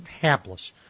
hapless